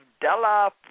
Della